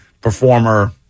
performer